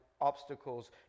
obstacles